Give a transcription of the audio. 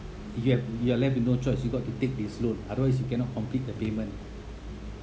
you have you are left with no choice you got to take this loan otherwise you cannot complete the payment